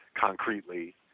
concretely